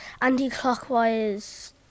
anti-clockwise